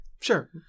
sure